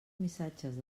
missatges